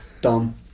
done